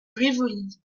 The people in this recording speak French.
rivoli